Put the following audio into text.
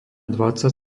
dvadsať